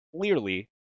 clearly